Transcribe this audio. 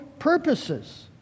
purposes